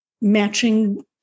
matching